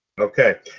Okay